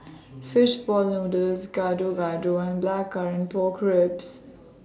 Fish Ball Noodles Gado Gado and Blackcurrant Pork Ribs